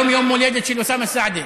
יום הולדת לאוסאמה סעדי.